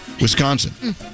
Wisconsin